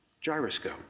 gyroscope